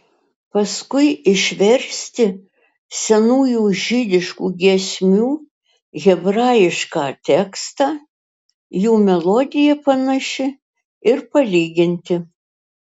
paskui išversti senųjų žydiškų giesmių hebrajišką tekstą jų melodija panaši ir palyginti